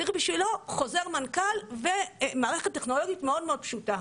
צריך בשבילו חוזר מנכ"ל ומערכת טכנולוגית מאוד פשוטה.